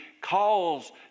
calls